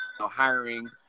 hiring